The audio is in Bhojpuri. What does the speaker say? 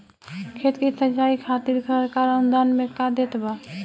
खेत के सिचाई खातिर सरकार अनुदान में का देत बा?